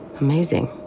Amazing